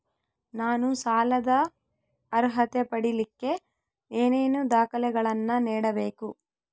ನಾನು ಸಾಲದ ಅರ್ಹತೆ ಪಡಿಲಿಕ್ಕೆ ಏನೇನು ದಾಖಲೆಗಳನ್ನ ನೇಡಬೇಕು?